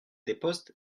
depost